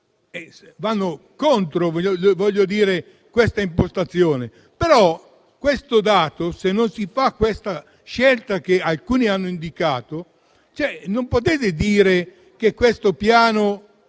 va contro questa impostazione. Però, se non si fa questa scelta che alcuni hanno indicato, non potete dire che questo piano